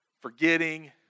forgetting